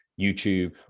youtube